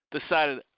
decided